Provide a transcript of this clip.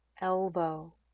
elbow